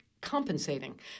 compensating